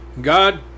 God